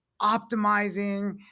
optimizing